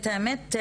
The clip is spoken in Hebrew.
האמת,